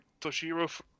Toshiro